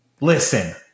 listen